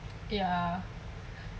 ya